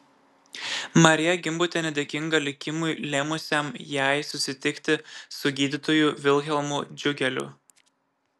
marija gimbutienė dėkinga likimui lėmusiam jai susitikti su gydytoju vilhelmu džiugeliu